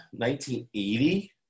1980